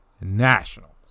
Nationals